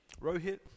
Rohit